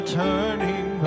turning